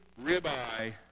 ribeye